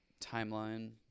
timeline